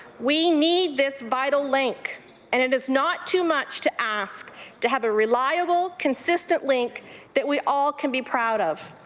we need this vital link and it is not too much to ask to have a reliable reliable consistent link that we all can be proud of.